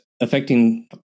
affecting